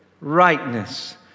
rightness